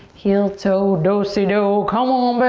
heel-toe. do-si-do, you know come um but